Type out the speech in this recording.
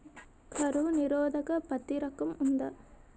కరువు నిరోధక పత్తి రకం ఉందా?